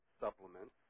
supplements